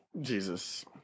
Jesus